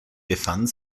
befand